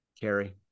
Carrie